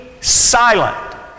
silent